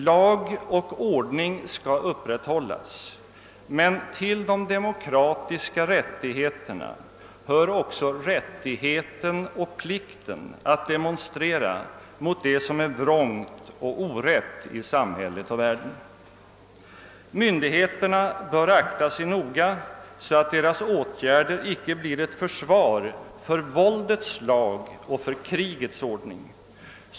Lag och ordning skall upprätthållas, men till de demokratiska rättigheterna hör också rättigheten och plikten att demonstrera mot det som är vrångt och orätt i samhället och världen. Myndigheterna bör akta sig noga så att deras åtgärder icke blir ett försvar för våldets lag och för krigets ordning.